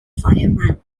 fireman